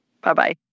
Bye-bye